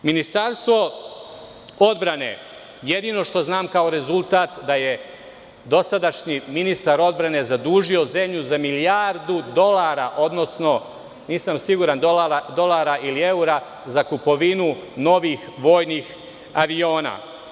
Ministarstvo odbrane, jedino što znam kao rezultat je da je dosadašnji ministar odbrane zadužio zemlju za milijardu dolara, odnosno, nisam siguran da li je dolara ili evra za kupovinu novih vojnih aviona.